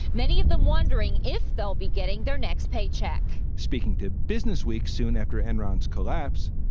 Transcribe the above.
many of them wondering if they'll be getting their next paycheck speaking to businessweek soon after enron's collapse,